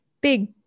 big